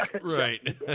Right